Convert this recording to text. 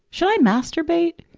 should i masturbate?